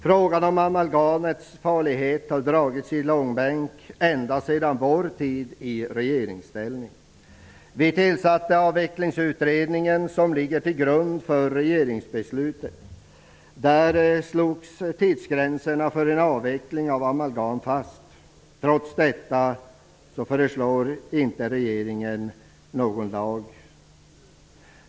Frågan om amalgamets farlighet har dragits i långbänk ända sedan vår tid i regeringsställning. Vi tillsatte Avvecklingsutredningen, vars resultat ligger till grund för regeringsbeslutet. Tidsgränserna för en avveckling av amalgamet slogs då fast. Trots detta föreslår inte regeringen någon lag.